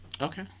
Okay